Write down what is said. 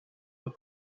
het